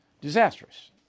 Disastrous